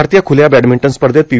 भारतीय ख्रल्या बॅडमिंटन स्पर्धेत पी